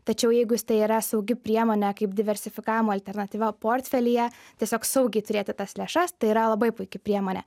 tačiau jeigu jis tai yra saugi priemonė kaip diversifikavimo alternatyva portfelyje tiesiog saugiai turėti tas lėšas tai yra labai puiki priemonė